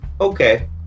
Okay